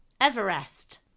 Everest